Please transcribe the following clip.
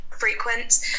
frequent